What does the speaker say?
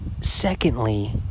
Secondly